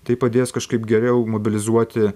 tai padės kažkaip geriau mobilizuoti